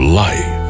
life